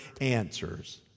answers